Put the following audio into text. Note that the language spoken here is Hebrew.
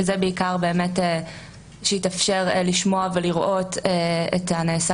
שזה בעיקר שיתאפשר לשמוע ולראות את הנעשה